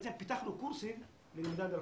בעצם פיתחנו קורסים ללמידה מרחוק.